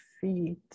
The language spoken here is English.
feet